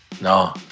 No